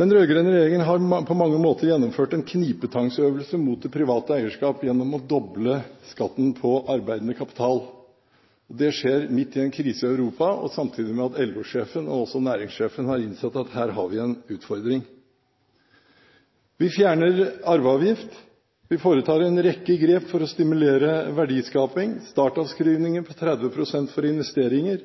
Den rød-grønne regjeringen har på mange måter gjennomført en knipetangøvelse mot det private eierskap gjennom å doble skatten på arbeidende kapital. Det skjer midt i en krise i Europa og samtidig med at LO-sjefen og også næringslivssjefen har innsett at her har vi en utfordring. Vi fjerner arveavgiften. Vi foretar en rekke grep for å stimulere verdiskaping: startavskrivninger på 30 pst. for investeringer